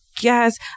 Yes